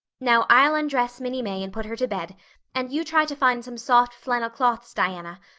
now, i'll undress minnie may and put her to bed and you try to find some soft flannel cloths, diana.